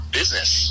business